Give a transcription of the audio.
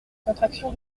contraction